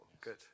Good